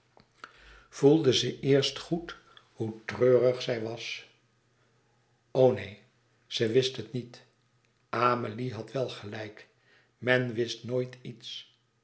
voelde ze eerst goed hoe treurig zij was o neen ze wist het niet amélie had wel gelijk men wist nooit iets